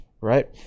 right